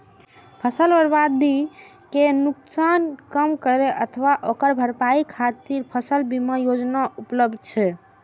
फसल बर्बादी के नुकसान कम करै अथवा ओकर भरपाई खातिर फसल बीमा योजना उपलब्ध छै